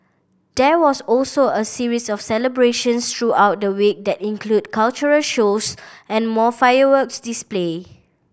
there was also a series of celebrations throughout the week that included cultural shows and more fireworks display